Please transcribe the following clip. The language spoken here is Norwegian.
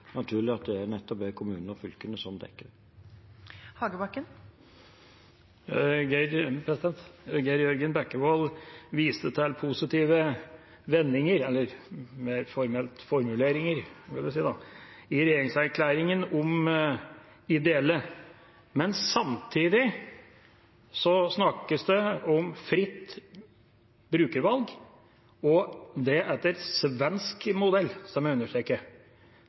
fylkene som dekker det. Geir Jørgen Bekkevold viste til positive vendinger, eller mer formelt: formuleringer, i regjeringserklæringen om ideelle. Men samtidig snakkes det om fritt brukervalg – etter svensk modell, må jeg